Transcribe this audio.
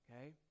okay